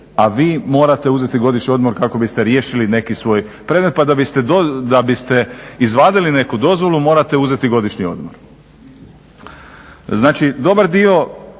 a vi morate uzeti godišnji odmor kako biste riješili neki svoj predmet, pa da biste izvadili neku dozvolu morate uzeti godišnji odmor. Znači dobar dio